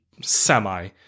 semi